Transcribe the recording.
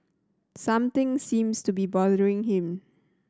something seems to be bothering him